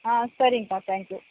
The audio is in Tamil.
ஆ சரிங்பா தேங்க் யூ